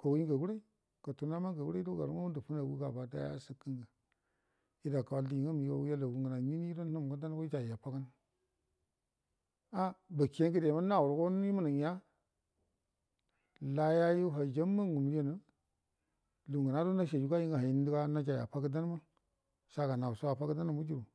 kuyi ngagure gəlu nama ngagure garu ngə edakawal dingə migau welagu ngə nainini gədo nuhəm ijaiyafagan bəkengəde naurugo yemnəya layayu haiyamma ngəmərima lugu ngəna gudo nisaiyu gai ngə nijai afagə dan saga nau so afadə dan mujuru